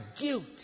guilt